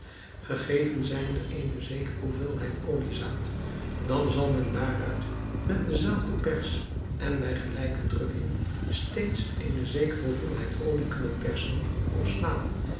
gegeven zijnde eene zekere hoeveelheid oliezaad dan zal men daaruit met dezelfde pers en bij gelijke drukking steeds eene zekere hoeveelheid olie kunnen persen of slaan